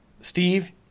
Steve